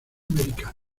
americanos